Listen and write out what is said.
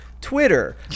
Twitter